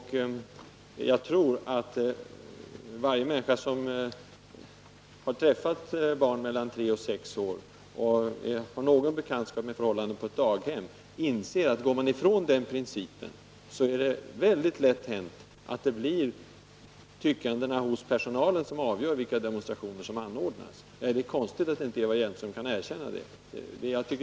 Jag tror att varje människa som har träffat barn mellan tre och sex år, och som har någon kunskap om förhållandena på ett daghem, inser att om man frångår den principen är det lätt hänt att det blir personalen som avgör vilka demonstrationer som skall anordnas. Det är konstigt att Eva Hjelmström inte kan erkänna detta.